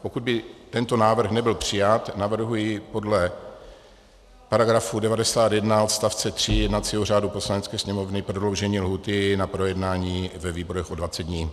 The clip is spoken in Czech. Pokud by tento návrh nebyl přijat, navrhuji podle § 91 odst. 3 jednacího řádu Poslanecké sněmovny prodloužení lhůty na projednání ve výborech o 20 dní.